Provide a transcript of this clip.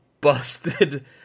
busted